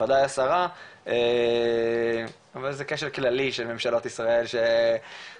בוודאי השרה אבל זה כשל כללי של ממשלות ישראל שקשור